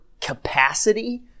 capacity